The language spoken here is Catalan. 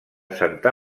santa